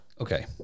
okay